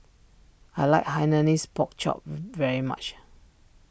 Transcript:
I like Hainanese Pork Chop very much